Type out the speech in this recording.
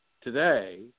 Today